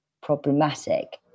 problematic